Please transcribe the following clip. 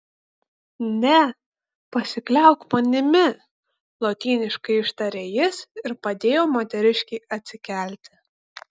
ne pasikliauk manimi lotyniškai ištarė jis ir padėjo moteriškei atsikelti